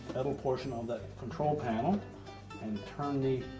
metal portion of that control panel and turn the